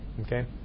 okay